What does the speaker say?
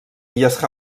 illes